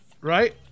Right